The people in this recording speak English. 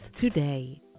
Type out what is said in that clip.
today